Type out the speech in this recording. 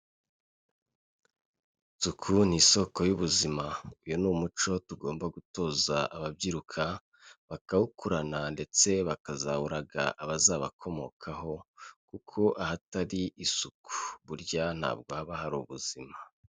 Isuku ni isoko y'ubuzima uyu ni umuco tugomba gutoza ababyiruka, bakawukurana ndetse bakazawu abazabakomokaho. Kuko ahatari isuku burya ntabwo haba hari ubuzima.